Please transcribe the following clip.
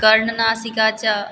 कर्णनासिके च